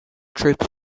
troops